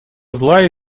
злая